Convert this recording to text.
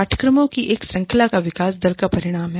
पाठ्यक्रमों की एक श्रृंखला का विकास दल का परिणाम है